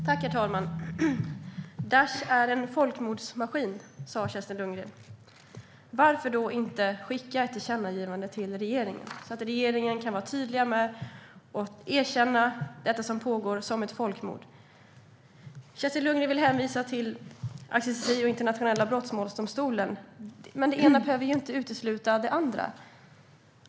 Herr talman! Daish är en folkmordsmaskin, sa Kerstin Lundgren. Varför då inte skicka ett tillkännagivande till regeringen så att regeringen kan vara tydlig med att man erkänner det som pågår som ett folkmord? Kerstin Lundgren vill hänvisa till ICC, Internationella brottsmålsdomstolen. Men det ena behöver inte utesluta det andra.